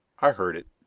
i heard it.